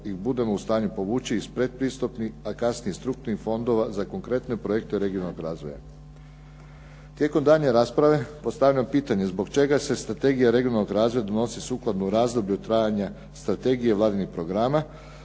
ih budemo u stanju povući iz predpristupnih, a kasnije i strukturnih fondova, za konkretne projekte regionalnog razvoja. Tijekom daljnje rasprave postavljam pitanje zbog čega se strategija regionalnog razvoja donosi sukladno u razdoblju od trajanja strategije Vladinih programa,